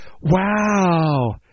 wow